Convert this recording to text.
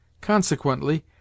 Consequently